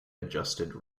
adjusted